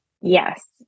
Yes